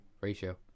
ratio